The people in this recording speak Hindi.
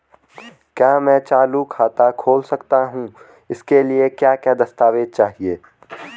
क्या मैं चालू खाता खोल सकता हूँ इसके लिए क्या क्या दस्तावेज़ चाहिए?